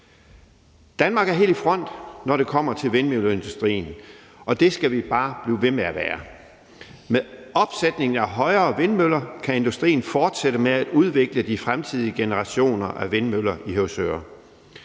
Danmark er helt i front, når det kommer til vindmølleindustrien, og det skal vi bare blive ved med at være. Med opsætning af højere vindmøller kan industrien fortsætte med at udvikle de fremtidige generationer af vindmøller i Høvsøre,